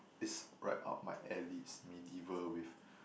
it's right up my alleys it's medieval with